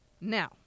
Now